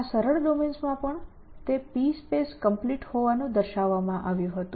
આ સરળ ડોમેન્સમાં પણ તે PSPACE COMPLETE હોવાનું દર્શાવવામાં આવ્યું હતું